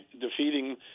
defeating